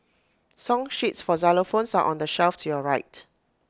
song sheets for xylophones are on the shelf to your right